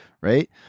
right